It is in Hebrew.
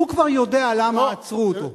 הוא כבר יודע למה עצרו אותו.